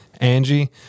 Angie